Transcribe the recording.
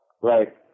right